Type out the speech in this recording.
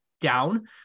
down